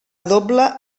doble